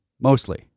mostly